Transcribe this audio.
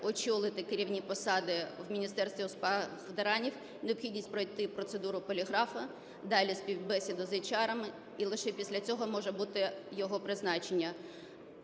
очолити керівні посади в Міністерстві у справах ветеранів, необхідність пройти процедуру поліграфу, далі співбесіда з ейчарами і лише після цього може бути його призначення.